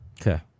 Okay